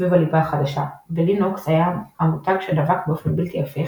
סביב הליבה החדשה ו"לינוקס" היה המותג שדבק באופן בלתי הפיך